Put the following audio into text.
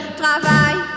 travail